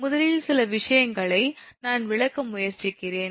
முதலில் சில விஷயங்களை நான் விளக்க முயற்சிக்கிறேன்